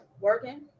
working